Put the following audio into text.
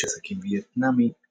איש עסקים וייטנאמי אנטי-קומוניסט,